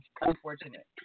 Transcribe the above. unfortunate